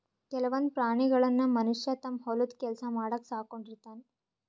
ಕೆಲವೊಂದ್ ಪ್ರಾಣಿಗಳನ್ನ್ ಮನಷ್ಯ ತಮ್ಮ್ ಹೊಲದ್ ಕೆಲ್ಸ ಮಾಡಕ್ಕ್ ಸಾಕೊಂಡಿರ್ತಾನ್